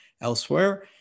elsewhere